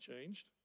changed